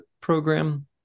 program